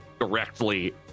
directly